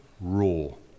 rule